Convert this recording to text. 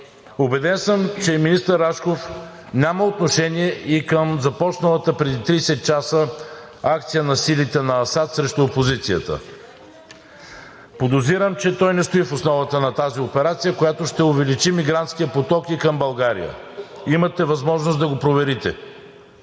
Убеден съм, че министър Рашков няма отношение и към започналата преди 30 часа акция на силите на Асад срещу опозицията. (Реплики от ГЕРБ-СДС.) Подозирам, че той не стои в основата на тази операция, която ще увеличи мигрантския поток и към България. Имате възможност да го проверите.